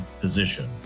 position